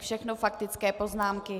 Všechno faktické poznámky.